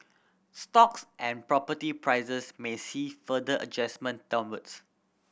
stocks and property prices may see further adjustment downwards